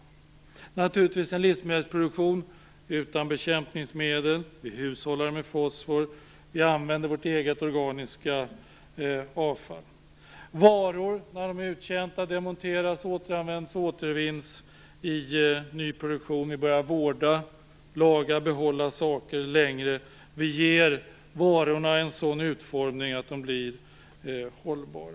Det innebär naturligtvis även en livsmedelsproduktion utan bekämpningsmedel. Vi hushållar med fosfor. Vi använder vårt eget organiska avfall. När varor är uttjänta demonteras de och återanvänds och återvinns i ny produktion. Vi börjar vårda, laga och behålla saker längre. Vi ger varorna en sådan utformning att de blir hållbara.